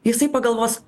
jisai pagalvos